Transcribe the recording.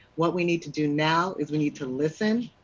what we need to do now, as we need to listen,